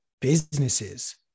businesses